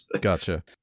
gotcha